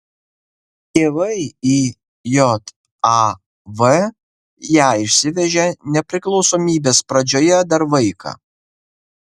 tėvai į jav ją išsivežė nepriklausomybės pradžioje dar vaiką